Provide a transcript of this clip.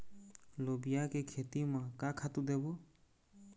लोबिया के खेती म का खातू देबो?